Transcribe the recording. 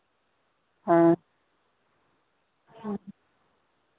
हाँ हाँ